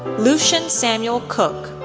lucien samuel cook,